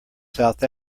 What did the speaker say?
south